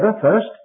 first